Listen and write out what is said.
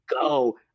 go